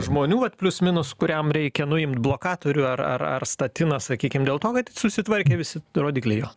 žmonių vat plius minus kuriam reikia nuimt blokatorių ar ar ar statiną sakykim dėl to kad susitvarkė visi rodikliai jo